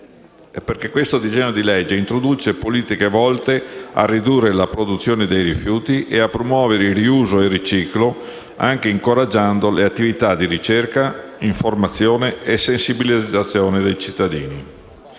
il disegno di legge in esame introduce politiche volte a ridurre la produzione di rifiuti e a promuovere il riuso e il riciclo, anche incoraggiando le attività di ricerca, informazione e sensibilizzazione dei cittadini.